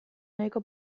nahiko